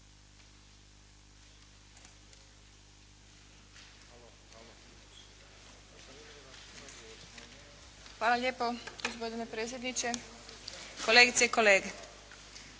Hvala lijepo gospodine predsjedniče, kolegice i kolege.